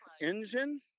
engine